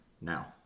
now